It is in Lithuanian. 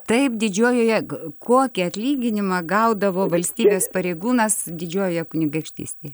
taip didžiojoje kokį atlyginimą gaudavo valstybės pareigūnas didžiojoje kunigaikštystėj